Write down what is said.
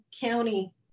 county